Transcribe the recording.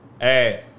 Hey